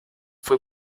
foi